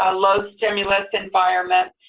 ah low-stimulus environments.